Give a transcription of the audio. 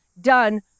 done